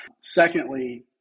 Secondly